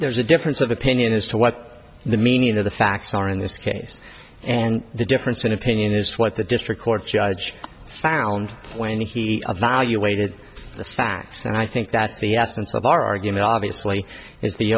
there's a difference of opinion as to what the meaning of the facts are in this case and the difference in opinion is what the district court judge found when he valuated the facts and i think that's the essence of our argument obviously is the